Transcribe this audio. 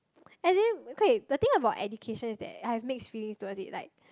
as in okay the thing about education is that I have mixed feelings towards it like